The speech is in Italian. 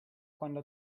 quando